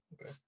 Okay